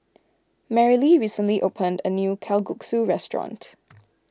Merrilee recently opened a new Kalguksu restaurant